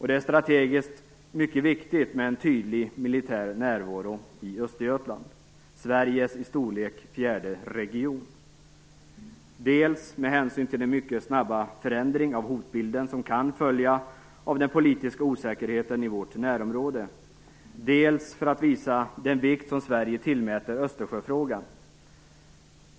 Det är strategiskt mycket viktigt med en tydlig militär närvaro i Östergötland, Sveriges i storlek fjärde region, dels med hänsyn till den mycket snabba förändring av hotbilden som kan följa av den politiska osäkerheten i vårt närområde, dels för att visa den vikt som Sverige tillmäter Östersjöfrågan.